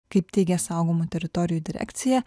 kaip teigia saugomų teritorijų direkcija